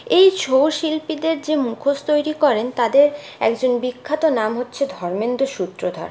এই ছৌ শিল্পীদের যে মুখোশ তৈরি করেন তাদের একজন বিখ্যাত নাম হচ্ছে ধর্মেন্দ্র সূত্রধর